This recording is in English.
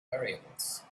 variables